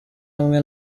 amwe